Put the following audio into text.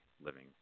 living